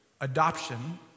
adoption